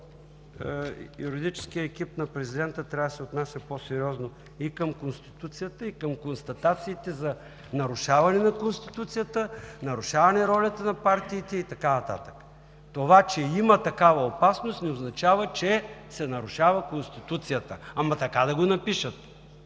юридическият екип на президента трябва да се отнася по-сериозно и към Конституцията, към констатациите за нарушаване на Конституцията, нарушаване ролята на партиите, и така нататък. Това, че има такава опасност не означава, че се нарушава Конституцията – така да го напишат,